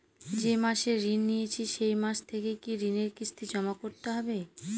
যে মাসে ঋণ নিয়েছি সেই মাস থেকেই কি ঋণের কিস্তি জমা করতে হবে?